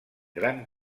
grans